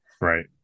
Right